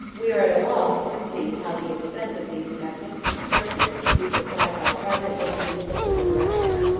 we are at a loss to conceive how the expense of these magnificent structures could be supplied by private or municipal liberality.